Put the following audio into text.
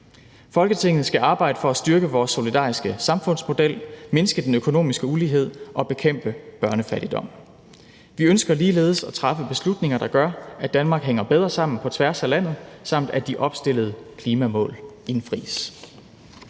Folketinget skal arbejde for at styrke vores solidariske samfundsmodel, mindske den økonomiske ulighed og bekæmpe børnefattigdom. Vi ønsker ligeledes at træffe beslutninger, der gør, at Danmark hænger bedre sammen på tværs af landet, samt at de opstillede klimamål indfries.«